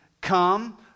come